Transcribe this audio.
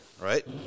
right